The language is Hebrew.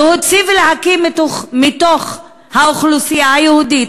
להוציא ולהקיא מתוך האוכלוסייה היהודית,